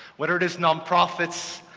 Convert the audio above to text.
whether it is nonprofits,